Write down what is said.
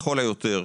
לכל היותר,